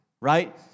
Right